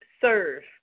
serve